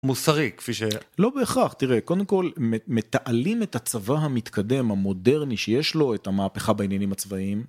מוסרי כפי ש... -לא בהכרח תראה קודם כל מתעלים את הצבא המתקדם המודרני שיש לו את המהפכה בעניינים הצבאיים.